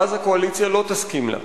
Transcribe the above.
ואז הקואליציה לא תסכים לה,